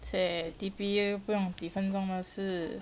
!chey! T_P 又不用几分钟的事